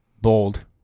bold